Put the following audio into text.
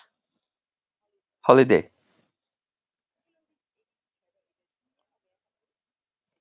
holiday